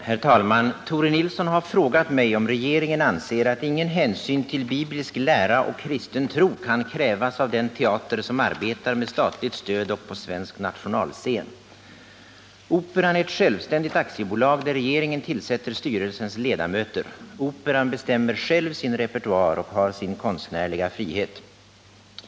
Herr talman! fore Nilsson har frågat mig om regeringen anser att ingen hänsyn till biblisk lära och kristen tro kan krävas av den teater som arbetar med statligt stöd och på svensk nationalscen. Operan är ett självständigt aktiebolag där regeringen tillsätter styrelsens ledamöter. Operan bestämmer själv sin repertoar och har sin konstnärliga frihet.